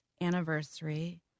anniversary